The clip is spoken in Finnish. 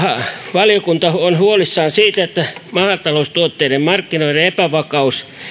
valiokunta on huolissaan siitä että maataloustuotteiden markkinoiden epävakaus